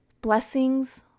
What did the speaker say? Blessings